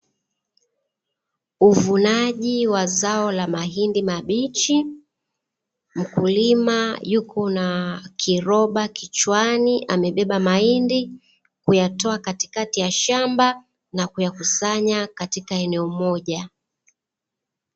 Uvunaji wa zao la Mahindi mabichi mkulima yuko na kiroba kichwani amebeba mahindi kuyatoa katikati ya shamba na kuyakusanya katika eneo moja.